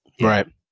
right